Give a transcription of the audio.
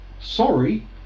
Sorry